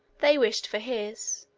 they wished for his,